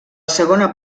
segona